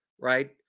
right